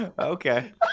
Okay